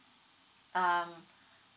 um